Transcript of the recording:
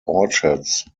orchards